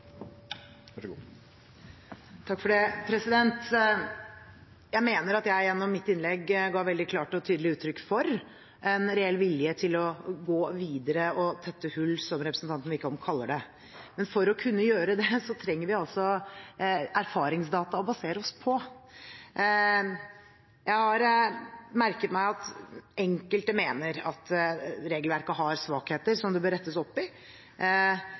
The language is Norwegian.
å gå videre og «tette noen hull», som representanten Wickholm kaller det, men for å kunne gjøre det trenger vi erfaringsdata å basere oss på. Jeg har merket meg at enkelte mener at regelverket har svakheter som det bør rettes opp i.